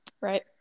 Right